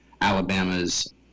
Alabama's